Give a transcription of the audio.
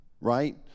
right